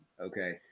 okay